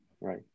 right